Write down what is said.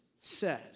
says